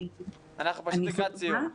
אנחנו לקראת סיום.